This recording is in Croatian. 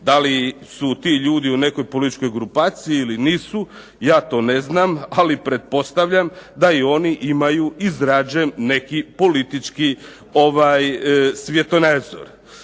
Da li su ti ljudi u nekoj političkoj grupaciji ili nisu, ja to ne znam. Ali pretpostavljam da i oni imaju izrađen neki politički svjetonazor.